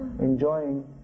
enjoying